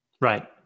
Right